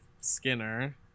Skinner